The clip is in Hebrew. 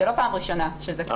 זו לא הפעם הראשונה שזה קיים.